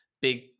big